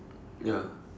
ya